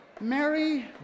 Mary